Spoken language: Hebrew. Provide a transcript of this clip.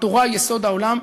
התורה היא יסוד העולם.